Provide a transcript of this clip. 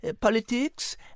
politics